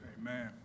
Amen